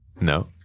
No